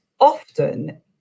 often